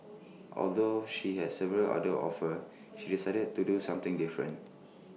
although she had several other offers she decided to do something different